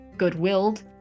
good-willed